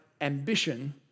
ambition